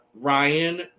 Ryan